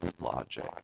logic